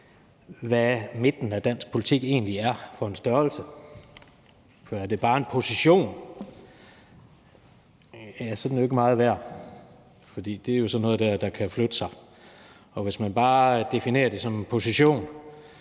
hvad midten af dansk politik egentlig er for en størrelse. For er det bare en position, er den jo ikke meget værd, fordi det jo er sådan noget, der kan flytte sig, og hvis man bare definerer det som en position,